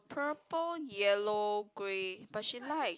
purple yellow grey but she like